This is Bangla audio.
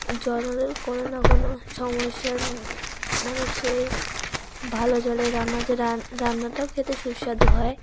জললের কোনো না কোনো সমস্যা মানুষের ভালো জলে রান্না যে রান্নাটাও খেতে সুস্বাদু হয়